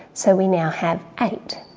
so we now have eight.